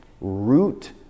root